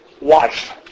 wife